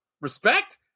respect